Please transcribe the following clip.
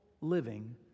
living